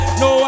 no